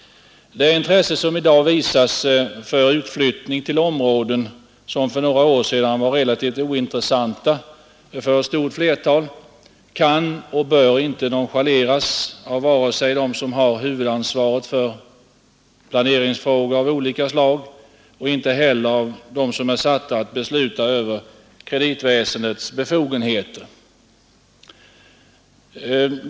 Det intresse som i dag visas för utflyttning till områden som för några år sedan var relativt ointressanta för ett stort flertal kan och bör inte nonchaleras vare sig av dem som har huvudansvaret för planeringsfrågor av olika slag eller av dem som är satta att besluta över kreditväsendets befogenheter.